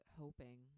hoping